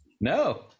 No